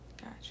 gotcha